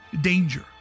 danger